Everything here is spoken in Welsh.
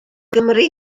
gymri